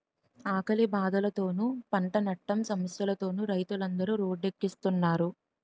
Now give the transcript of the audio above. ఆకలి బాధలతోనూ, పంటనట్టం సమస్యలతోనూ రైతులందరు రోడ్డెక్కుస్తున్నారు